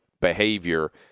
behavior